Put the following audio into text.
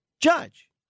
judge